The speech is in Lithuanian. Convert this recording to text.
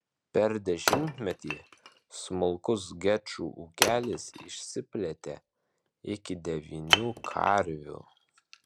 per dešimtmetį smulkus gečų ūkelis išsiplėtė iki devynių karvių